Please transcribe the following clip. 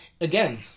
Again